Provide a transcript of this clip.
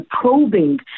probing